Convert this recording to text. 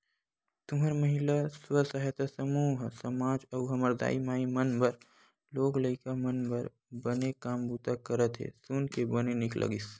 तुंहर महिला स्व सहायता समूह ह समाज अउ हमर दाई माई मन बर लोग लइका मन बर बने काम बूता करत हे सुन के बने नीक लगिस